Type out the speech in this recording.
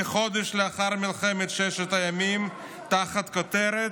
כחודש לאחר מלחמת ששת הימים, תחת הכותרת: